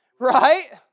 Right